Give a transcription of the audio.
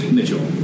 Mitchell